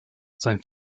sein